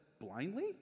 blindly